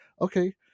okay